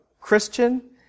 Christian